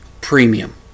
premium